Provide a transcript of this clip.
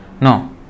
No